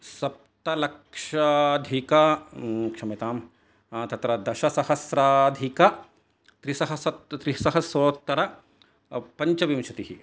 सप्तलक्षाधिक क्षम्यतांं तत्र दशसहस्राधिक त्रिसहसप् त्रिसहस्रोत्तर पञ्चविंशतिः